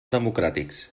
democràtics